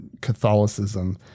Catholicism